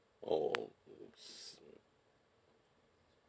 oh